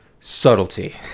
subtlety